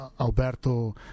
Alberto